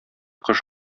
кош